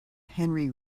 henry